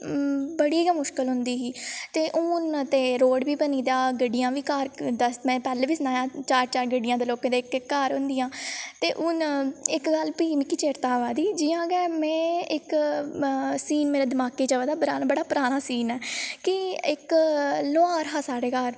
बड़ी गै मुश्कल होंदी ही ते हून ते रोड़ बी बनी गेदा गड्डियां घर में पैह्लें बी सनाया चार चार गड्डियां ते लोकें दे इक इक घर होंदियां ते हून इक गल्ल फ्ही मिगी चेत्ता अवा दी जियां गै में इक सीन मेरै दमाकै च अवा दा बड़ा पराना सीन ऐ कि इक लोहार हा साढ़ै घर